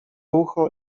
ucho